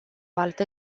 altă